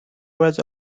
was